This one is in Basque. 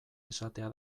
esatea